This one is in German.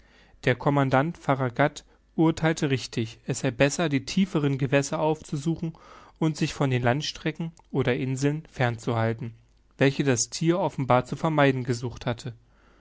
der commandant farragut urtheilte richtig es sei besser die tieferen gewässer aufzusuchen und sich von den landstrecken oder inseln fern zu halten welche das thier offenbar zu vermeiden gesucht hatte